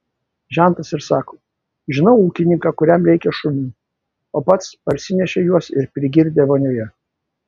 žentas ir sako žinau ūkininką kuriam reikia šunų o pats parsinešė juos ir prigirdė vonioje